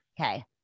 Okay